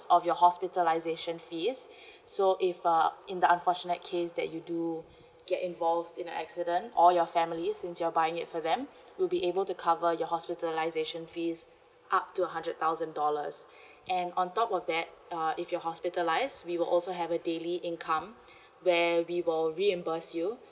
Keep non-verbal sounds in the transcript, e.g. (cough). of your hospitalisation fees (breath) so if uh in the unfortunate case that you do (breath) get involved in an accident or your family since you're buying it for them (breath) you'll be able to cover your hospitalisation fees up to a hundred thousand dollars (breath) and on top of that uh if you're hospitalised we will also have a daily income (breath) where we will reimburse you